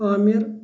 Aamir